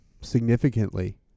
significantly